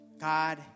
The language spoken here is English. God